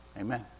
Amen